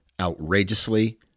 outrageously